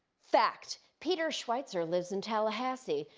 fact. peter schweizer lives in tallahassee.